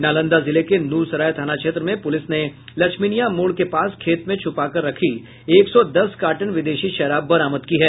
नालंदा जिले के नूरसराय थाना क्षेत्र में पूलिस ने लक्ष्मीनिया मोड के पास खेत मे छुपा कर रखी एक सौ दस कार्टन विदेशी शराब बरामद किया है